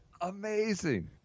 Amazing